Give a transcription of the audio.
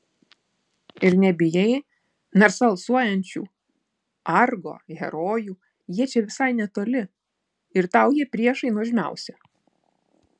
ir nebijai narsa alsuojančių argo herojų jie čia visai netoli ir tau jie priešai nuožmiausi